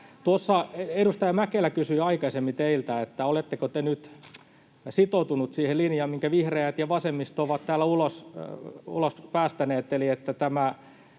Tuossa edustaja Mäkelä kysyi aikaisemmin teiltä, oletteko te nyt sitoutuneet siihen linjaan, minkä vihreät ja vasemmisto ovat täällä ulos päästäneet,